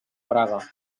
praga